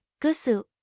Gusu